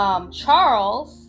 Charles